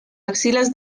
axilas